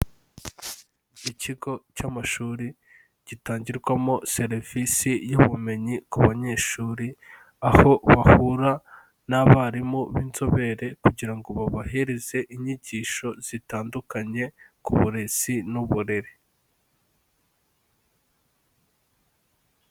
Ikigo cy'amashuri gitangirwamo serivisi y'ubumenyi ku banyeshuri, aho bahura n'abarimu b'inzobere kugira ngo babahereze inyigisho zitandukanye ku burezi n'uburere.